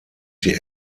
sie